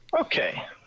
Okay